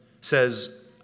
says